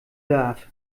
darf